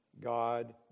God